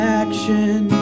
action